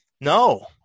No